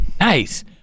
Nice